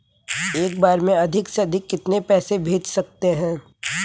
एक बार में अधिक से अधिक कितने पैसे भेज सकते हैं?